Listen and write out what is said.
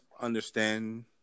understand